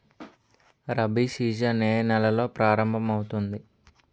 Rabi season ఏ నెలలో ప్రారంభమౌతుంది?